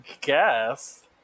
guess